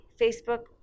Facebook